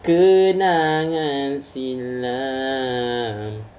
kenangan silam